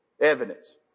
Evidence